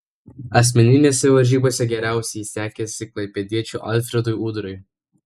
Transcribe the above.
asmeninėse varžybose geriausiai sekėsi klaipėdiečiui alfredui udrai